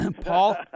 Paul